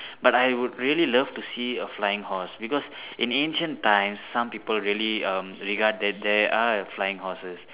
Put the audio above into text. but I would really love to see a flying horse because in ancient times some people really um regard that there are have flying horses